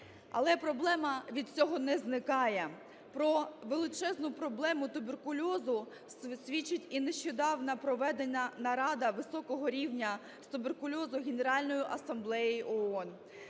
Але проблема від цього не зникає. Про величезну проблему туберкульозу свідчить і нещодавно проведена нарада високого рівня з туберкульозу Генеральної асамблеї ООН.